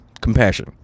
compassion